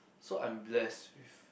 so I'm bless with